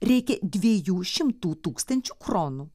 reikia dviejų šimtų tūkstančių kronų